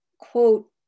quote